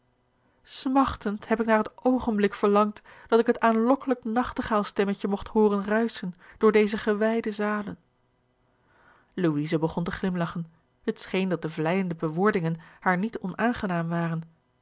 smachtend heb ik naar het oogenblik verlangd dat ik het aanlokkelijk nachtegaalstemmetje mogt hooren ruischen door deze gewijde zalen louise begon te glimlagchen het scheen dat de vleijende bewoordingen haar niet onaangenaam waren